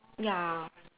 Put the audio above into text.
ya